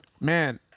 man